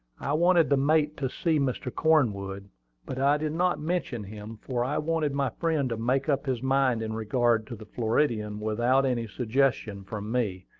i wanted the mate to see mr. cornwood but i did not mention him, for i wanted my friend to make up his mind in regard to the floridian without any suggestion from me,